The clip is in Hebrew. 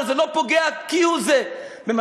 ציטוט, מה את רוצה